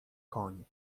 koń